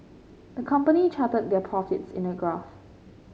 the company charted their profits in a graph